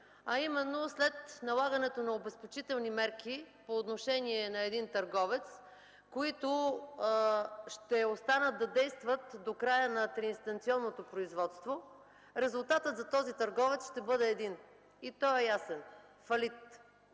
Именно след налагането на обезпечителни мерки по отношение на един търговец, които ще останат да действат до края на триинстанционното производство, резултатът за търговеца ще бъде един. Той е ясен – фалит.